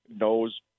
knows